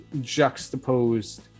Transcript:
juxtaposed